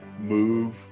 move